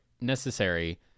necessary